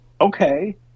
okay